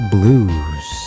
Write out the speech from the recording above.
Blues